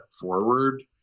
forward